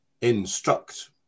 instruct